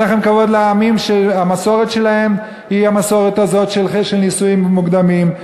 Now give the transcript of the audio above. אין לכם כבוד לעמים שהמסורת שלהם היא המסורת הזאת של נישואים מוקדמים.